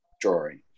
drawing